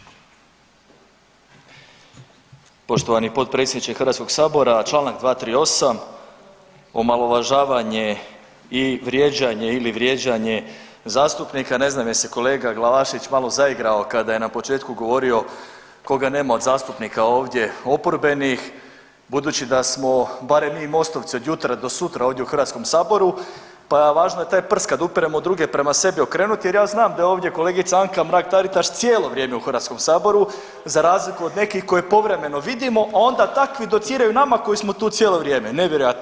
Poštovani potpredsjedniče Hrvatskog sabora, Članak 238. omalovažavanje i vrijeđanje ili vrijeđanje zastupnika ne znam jel se kolega Glavašević malo zaigrao kada je na početku govorio koga nema od zastupnika ovdje oporbenih budući da smo barem mi MOST-ovci od jutra do sutra ovdje u Hrvatskom saboru pa važno je taj prst kad upiremo u druge prema sebi okrenuti jer ja znam da je ovdje kolegica Anka Mrak Taritaš cijelo vrijeme u Hrvatskom saboru za razliku od nekih koje povremeno vidimo, a onda takvi dociraju nama koji smo tu cijelo vrijeme, nevjerojatno.